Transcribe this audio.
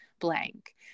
blank